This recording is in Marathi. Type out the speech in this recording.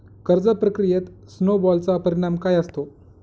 कर्ज प्रक्रियेत स्नो बॉलचा परिणाम काय असतो?